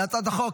להצעת החוק,